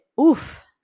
oof